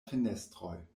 fenestroj